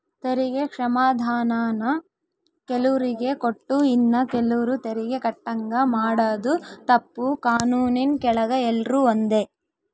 ತೆರಿಗೆ ಕ್ಷಮಾಧಾನಾನ ಕೆಲುವ್ರಿಗೆ ಕೊಟ್ಟು ಇನ್ನ ಕೆಲುವ್ರು ತೆರಿಗೆ ಕಟ್ಟಂಗ ಮಾಡಾದು ತಪ್ಪು, ಕಾನೂನಿನ್ ಕೆಳಗ ಎಲ್ರೂ ಒಂದೇ